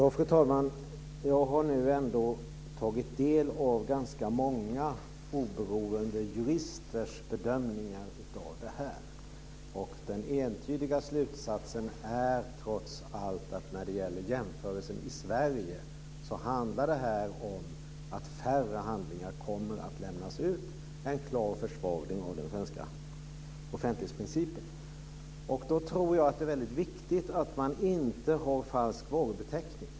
Fru talman! Jag har tagit del av ganska många oberoende juristers bedömningar av detta. Den entydiga slutsatsen är trots allt att när det gäller jämförelsen i Sverige så handlar detta om att färre handlingar kommer att lämnas ut. Det blir en klar försvagning av den svenska offentlighetsprincipen. Jag tror att det är väldigt viktigt att man inte har falsk varubeteckning.